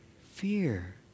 fear